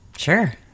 Sure